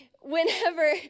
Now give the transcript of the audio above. whenever